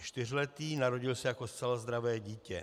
Je čtyřletý, narodil se jako zcela zdravé dítě.